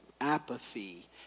Apathy